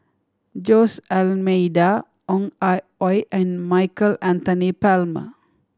Jose Almeida Ong Ah Hoi and Michael Anthony Palmer